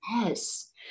Yes